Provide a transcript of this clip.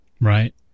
Right